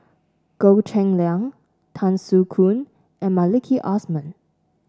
Goh Cheng Liang Tan Soo Khoon and Maliki Osman